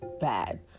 bad